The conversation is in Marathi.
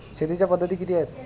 शेतीच्या पद्धती किती आहेत?